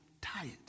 tired